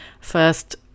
first